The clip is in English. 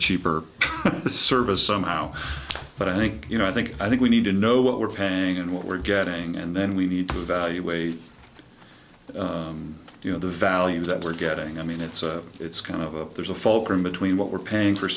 cheaper service somehow but i think you know i think i think we need to know what we're paying and what we're getting and then we need to evaluate you know the value that we're getting i mean it's it's kind of a there's a folk room between what we're paying for